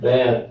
Man